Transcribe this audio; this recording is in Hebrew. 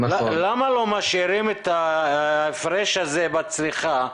למה לא משאירים את ההפרש הזה בצריכה?